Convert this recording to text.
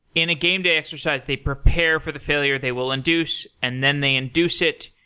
in a gameday exercise, they prepare for the failure. they will induce, and then they induce it.